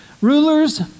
rulers